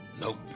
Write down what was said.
Nope